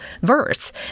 verse